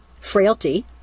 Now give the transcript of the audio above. frailty